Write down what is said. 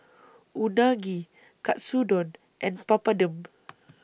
Unagi Katsudon and Papadum